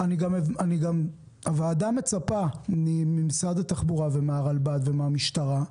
הוועדה מצפה ממשרד התחבורה, מהרלב"ד והמשטרה,